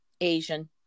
Asian